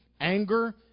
anger